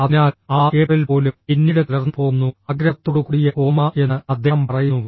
അതിനാൽ ആ ഏപ്രിൽ പോലും പിന്നീട് കലർന്നുപോകുന്നു ആഗ്രഹത്തോടുകൂടിയ ഓർമ്മ എന്ന് അദ്ദേഹം പറയുന്നു